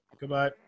Goodbye